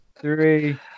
three